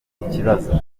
ikibazo